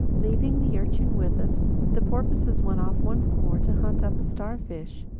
leaving the urchin with us, the porpoises went off once more to hunt up a starfish.